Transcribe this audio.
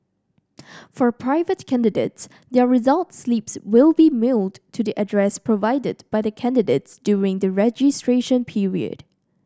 for private candidates their result slips will be mailed to the address provided by the candidates during the registration period